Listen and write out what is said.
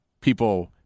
People